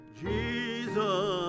Jesus